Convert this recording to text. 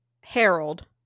Harold